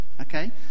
okay